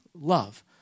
love